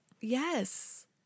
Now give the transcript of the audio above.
Yes